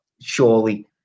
surely